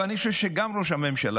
אבל אני חושב שגם ראש הממשלה,